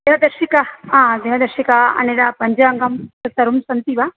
दिनदर्शिका आ दिनदर्शिका अन्यत् पञ्जाङ्गं तानि सर्वाणि सन्ति वा